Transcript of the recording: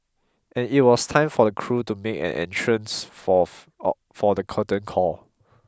and it was time for the crew to make an entrance for for the curtain call